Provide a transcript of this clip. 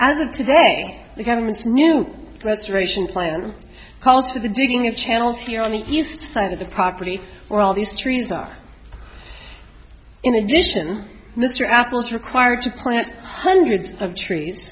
of today the government's new less ration plan calls for the digging of channels here on the east side of the property where all these trees are in addition mr apples required to plant hundreds of trees